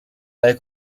lei